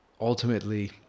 ultimately